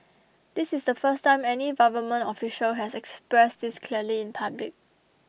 this is the first time any government official has expressed this clearly in public